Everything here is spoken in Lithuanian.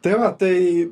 tai va tai